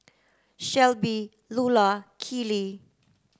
Shelbi Lulla Keeley